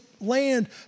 land